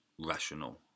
rational